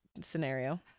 scenario